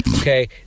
Okay